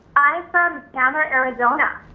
from safford, arizona.